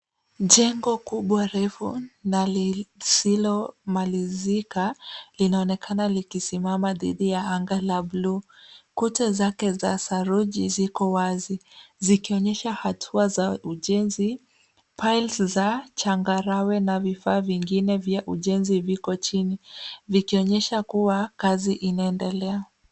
Jengo kubwa refu na lisilomalizika linaonekana likisimama dhidi ya anga la blue . Kuta zake za saruji ziko wazi, zikionyesha hatua za ujenzi piles za changarawe na vifaa vingine vya ujenzi viko chini vikionyesha kuwa kazi inaendelea.